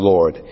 Lord